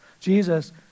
Jesus